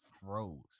froze